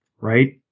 Right